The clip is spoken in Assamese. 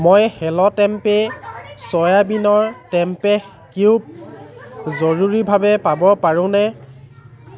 মই হেল্লো টেমপে' চয়াবিনৰ টেম্পে' কিউব জৰুৰীভাৱে পাব পাৰোঁনে